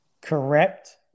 correct